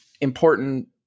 important